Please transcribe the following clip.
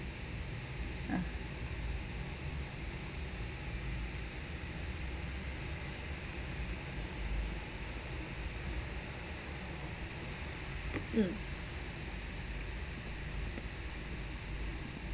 mm